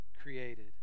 created